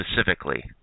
specifically